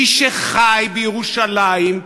מי שחי בירושלים,